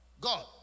God